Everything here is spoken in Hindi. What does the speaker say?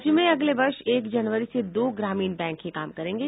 राज्य में अगले वर्ष एक जनवरी से दो ग्रामीण बैंक ही काम करेंगे